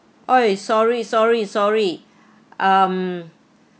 !oi! sorry sorry sorry um